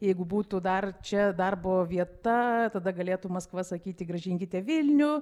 jeigu būtų dar čia darbo vieta tada galėtų maskva sakyti grąžinkite vilnių